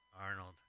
Arnold